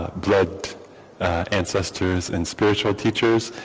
blood ancestors and spiritual teachers.